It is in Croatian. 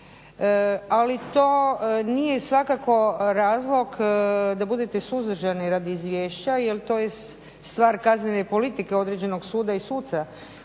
Ali to nije svakako razlog da budete suzdržani radi izvješće, jer to je stvar kaznene politike određenog suda i suca